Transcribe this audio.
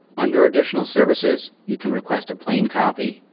under additional services, you can request a plain copy,